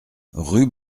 rue